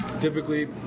typically